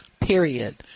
period